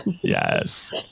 Yes